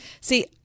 See